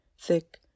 Thick